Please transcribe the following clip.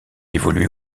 évoluait